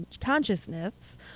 consciousness